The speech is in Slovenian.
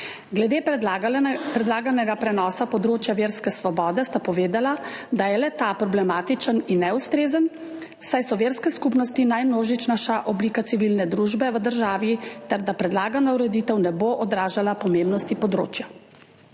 Glede predlaganega prenosa področja verske svobode sta povedala, da je le-ta problematičen in neustrezen, saj so verske skupnosti najmnožičnejša oblika civilne družbe v državi ter da predlagana ureditev ne bo odražala pomembnosti področja.